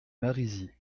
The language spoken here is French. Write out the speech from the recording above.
marizys